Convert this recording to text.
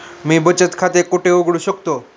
मी बचत खाते कुठे उघडू शकतो?